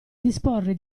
disporre